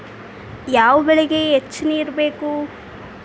ಯಾವ ಬೆಳಿಗೆ ಹೆಚ್ಚು ನೇರು ಬೇಕು?